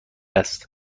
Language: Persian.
است